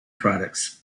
products